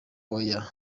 oya